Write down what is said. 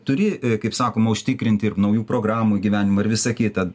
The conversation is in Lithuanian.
turi kaip sakoma užtikrinti ir naujų programų įgyvenimą ir visa kita